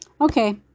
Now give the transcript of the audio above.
Okay